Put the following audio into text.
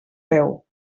veu